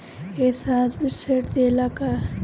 ये सर्विस ऋण देला का?